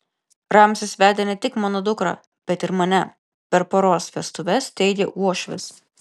ramzis vedė ne tik mano dukrą bet ir mane per poros vestuves teigė uošvis